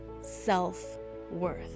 self-worth